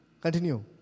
Continue